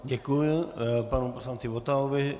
Děkuji panu poslanci Votavovi.